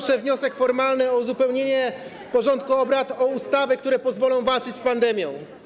Składam wniosek formalny o uzupełnienie porządku obrad o ustawy, które pozwolą walczyć z pandemią.